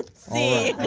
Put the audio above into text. c.